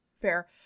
Fair